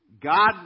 God